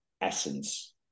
essence